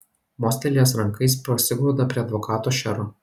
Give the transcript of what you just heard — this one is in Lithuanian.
mostelėjęs ranka jis prasigrūda prie advokato šero